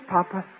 Papa